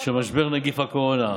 של משבר נגיף הקורונה.